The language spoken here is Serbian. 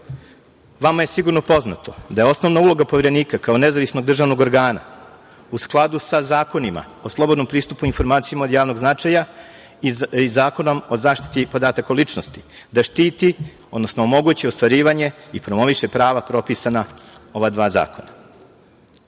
vama je sigurno poznato da je osnovna uloga Poverenika kao nezavisnog državnog organa u skladu sa zakonima o slobodnom pristupu informacijama od javnog značaja i Zakonom o zaštiti podataka o ličnosti da štiti odnosno omogući ostvarivanje i promoviše prava propisana u ova dva